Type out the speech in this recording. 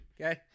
Okay